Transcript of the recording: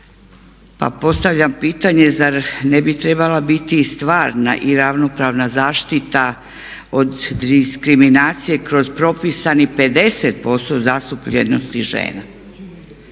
Pa postavljam pitanje zar ne bi trebala biti stvarna i ravnopravna zaštita od diskriminacije kroz propisanih 50% zastupljenosti žena?